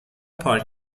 پارک